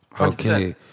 Okay